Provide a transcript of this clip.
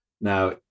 Now